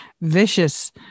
vicious